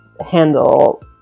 handle